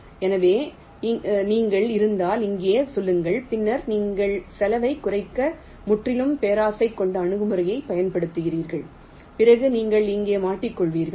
எனவே நீங்கள் இருந்தால் இங்கே சொல்லுங்கள் பின்னர் நீங்கள் செலவைக் குறைக்க முற்றிலும் பேராசை கொண்ட அணுகுமுறையைப் பயன்படுத்துகிறீர்கள் பிறகு நீங்கள் இங்கே மாட்டிக்கொள்வீர்கள்